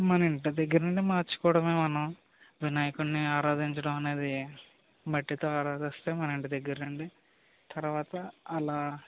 మనం ఇంటి దగ్గర నుండి మార్చుకోవడమే మనం వినాయకుడిని ఆరాధించడం అనేది మట్టితో ఆరాధిస్తే మన ఇంటి దగ్గర నుండి తరువాత అలా